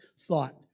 thought